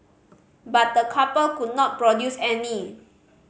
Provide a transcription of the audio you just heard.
but the couple could not produce any